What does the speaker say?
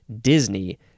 disney